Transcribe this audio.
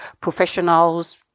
professionals